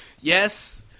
yes